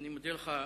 אני מודה לך,